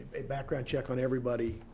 a background check on everybody